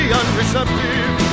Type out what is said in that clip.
unreceptive